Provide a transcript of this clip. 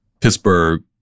Pittsburgh